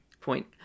point